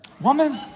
Woman